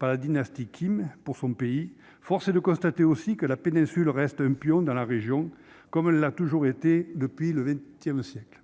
de la dynastie Kim pour son pays, force est aussi de constater que la péninsule reste un pion dans la région, comme elle l'a toujours été au cours du XX siècle.